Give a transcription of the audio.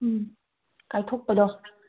ꯎꯝ ꯀꯥꯏꯊꯣꯛꯄꯗꯣ